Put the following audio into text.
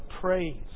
praise